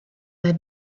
their